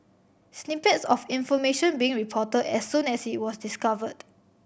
snippets of information being reported as soon as it was discovered